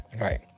right